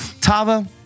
Tava